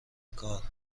کار